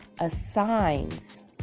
assigns